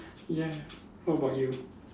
ya ya what about you